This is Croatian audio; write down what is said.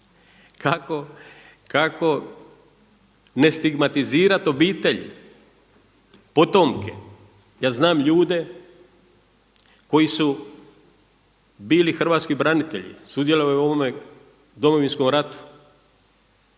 kako ne stigmatizirati obitelj, potomke? Ja znam ljude koji su bili hrvatski branitelji, sudjelovali u ovome Domovinskom ratu,